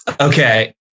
okay